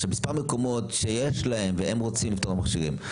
מספר מקומות שיש להם ורוצים לפתוח מכשירים,